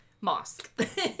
Mosque